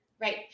Right